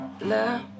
love